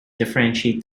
differentiate